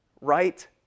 right